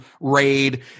raid